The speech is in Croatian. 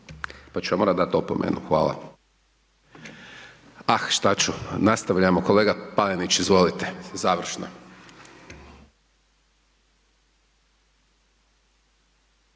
pa ću vam morati dati opomenu. Hvala. A šta ću, nastavljamo kolega Panenić, izvolite. Završno.